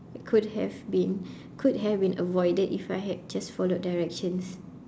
could have been could have been avoided if I had just followed directions